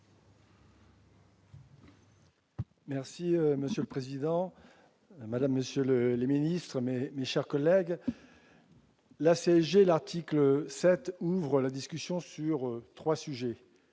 Merci Monsieur le Président Madame Monsieur le le ministre mais mais chers collègues. La CGI l'article 7 ouvre la discussion sur 3 sujets